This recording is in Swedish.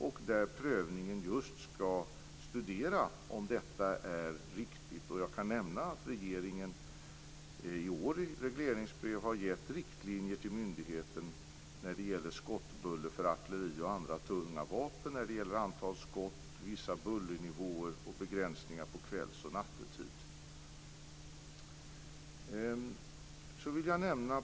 Vid prövningen skall det sedan studeras om det hela är riktigt. Jag kan nämna att regeringen i år i regleringsbrev har gett riktlinjer till myndigheten när det gäller skottbuller för artilleri och andra tunga vapen vad gäller antal skott, vissa bullernivåer samt begränsningar på kvälls och nattetid.